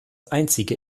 einzige